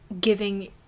giving